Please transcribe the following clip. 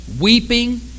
weeping